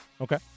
Okay